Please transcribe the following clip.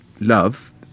love